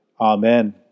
Amen